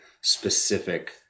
specific –